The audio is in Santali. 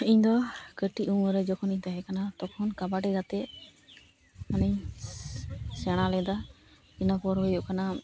ᱤᱧ ᱫᱚ ᱠᱟᱹᱴᱤᱡ ᱩᱢᱟᱹᱨ ᱨᱮ ᱡᱚᱠᱷᱚᱱᱤᱧ ᱛᱟᱦᱮᱸ ᱠᱟᱱᱟ ᱛᱚᱠᱷᱚᱱ ᱠᱟᱵᱟᱰᱤ ᱠᱟᱛᱮ ᱢᱟᱱᱮᱧ ᱥᱮᱬᱟ ᱞᱮᱫᱟ ᱤᱱᱟᱹ ᱯᱚᱨ ᱦᱩᱭᱩᱜ ᱠᱟᱱᱟ